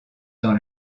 dans